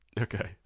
Okay